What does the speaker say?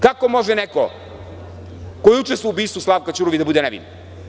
Kako može neko ko je učestvovao u ubistvu Slavka Ćuruvije da bude nevin?